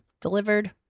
delivered